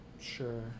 Sure